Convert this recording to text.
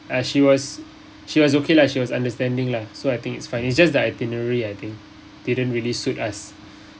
err she was she was okay lah she was understanding lah so I think it's fine it's just the itinerary I think didn't really suit us